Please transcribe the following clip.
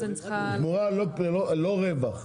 לא רווח.